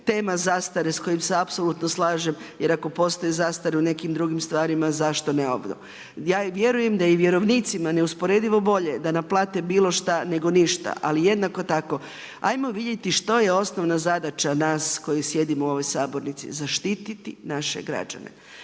Tema zastare s kojim se apsolutno slažem, jer ako postoji zastara u nekim drugim stvarima, zašto ne …/Govornica se ne razumije./… Ja vjerujem da je vjerovnicima neusporedivo bolje da naplate bilo šta nego ništa, ali jednako tako hajmo vidjeti što je osnovna zadaća nas koji sjedimo u ovoj sabornici zaštititi naše građane.